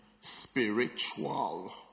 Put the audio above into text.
spiritual